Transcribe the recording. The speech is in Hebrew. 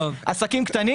עסקים קטנים,